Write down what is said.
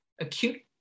acute